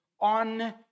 on